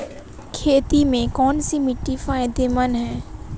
खेती में कौनसी मिट्टी फायदेमंद है?